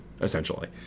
essentially